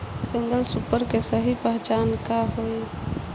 Single super के सही पहचान का हई?